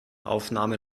aufnahme